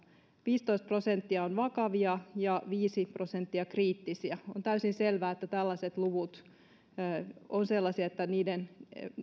viisitoista prosenttia on vakavia ja viisi prosenttia kriittisiä on täysin selvää että tällaiset luvut ovat sellaisia että niiden